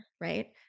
right